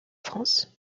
france